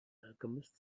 alchemist